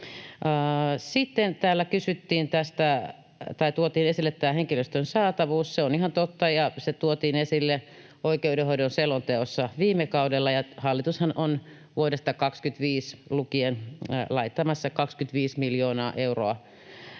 täällä tuotiin esille henkilöstön saatavuus. Se on ihan totta, ja se tuotiin esille oikeudenhoidon selonteossa viime kaudella. Hallitushan on vuodesta 25 lukien laittamassa 25 miljoonaa euroa